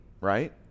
right